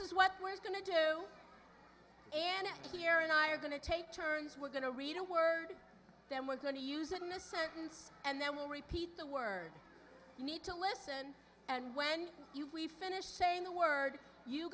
is what we're going to do and here and i are going to take turns we're going to read a word then we're going to use it in a sentence and then we'll repeat the word need to listen and when you we finish saying the word you